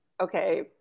okay